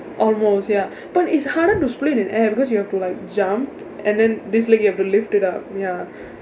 almost ya but it's harder to split in air because you have to like jump and then this leg you have to lift it up ya